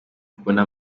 kubona